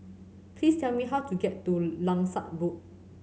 please tell me how to get to Langsat Road